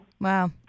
Wow